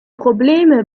probleme